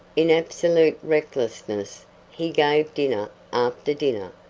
in absolute recklessness he gave dinner after dinner,